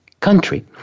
country